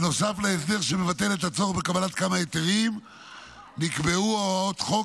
בנוסף להסדר שמבטל את הצורך בקבלת כמה היתרים נקבעו הוראות חוק